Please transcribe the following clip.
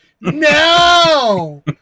No